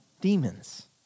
demons